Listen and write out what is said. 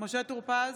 משה טור פז,